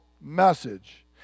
message